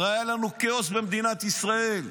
הרי היה לנו כאוס במדינת ישראל,